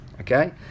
okay